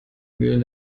mühlen